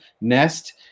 NEST